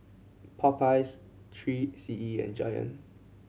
Popeyes Three C E and Giant